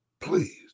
please